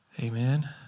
Amen